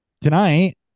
Tonight